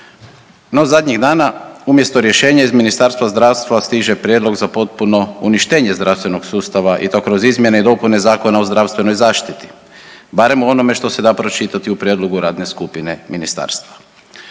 No zadnjih dana umjesto rješenja iz Ministarstva zdravstva stiže prijedlog za potpuno uništenje zdravstvenog sustava i to kroz izmjene i dopune Zakona o zdravstvenoj zaštiti, barem u onome što se da pročitati u prijedlogu Radne skupine Ministarstva.